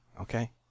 okay